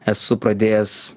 esu pradėjęs